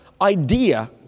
idea